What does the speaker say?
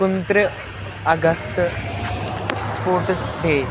کُنتٕرٛہ اَگستہٕ sports day